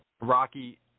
rocky